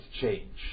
change